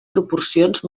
proporcions